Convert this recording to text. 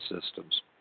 systems